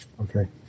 Okay